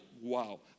wow